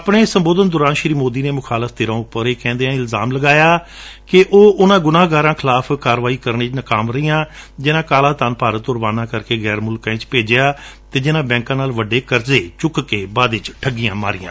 ਆਪਣੇ ਸੰਬੋਧਨ ਦੌਰਾਨ ਸ੍ਰੀ ਸੋਦੀ ਨੇ ਮੁਖਾਲਫ ਧਿਰਾ ਉਪਰ ਇਹ ਕਹਿੰਦਿਆਂ ਇਲਜ਼ਾਮ ਲਗਾਇਆ ਕਿ ਉਹ ਉਨਾਂ ਗੁਨਾਹਗਾਰਾਂ ਖਿਲਾਫ਼ ਕਾਰਵਾਈ ਕਰਨ ਵਿਚ ਨਾਕਾਮ ਰਹੀਆਂ ਜਿਨਾਂ ਕਾਲਾ ਧਨ ਭਾਰਤ ਤੋਂ ਰਵਾਨਾ ਕਰਕੇ ਗੈਰ ਮੁਲਕਾਂ ਵਿਚ ਭੇਜਿਆ ਅਤੇ ਜਿਨ੍ਹਾਂ ਬੈਂਕਾਂ ਤੋਂ ਵੱਡੇ ਕਰਜ਼ੇ ਚੁੱਕ ਕੇ ਬਾਅਦ ਵਿਚ ਠਗੀਆਂ ਮਾਰੀਆਂ